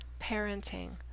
parenting